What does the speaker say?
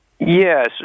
Yes